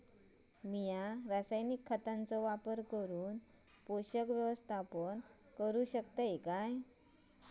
मी रासायनिक खतांचो वापर करून पोषक व्यवस्थापन करू शकताव काय?